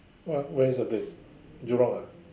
whe~ where is the place jurong ah